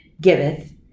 giveth